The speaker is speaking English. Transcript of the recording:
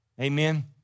Amen